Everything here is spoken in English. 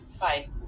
bye